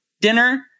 dinner